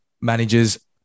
managers